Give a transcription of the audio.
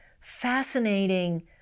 fascinating